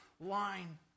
line